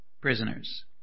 prisoners